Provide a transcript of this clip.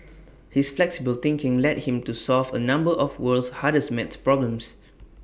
his flexible thinking led him to solve A number of world's hardest math problems